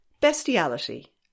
Bestiality